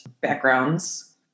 backgrounds